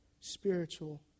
spiritual